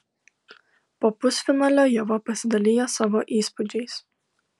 po pusfinalio ieva pasidalijo savo įspūdžiais